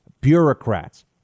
bureaucrats